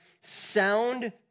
sound